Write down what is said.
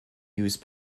use